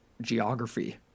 geography